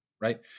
right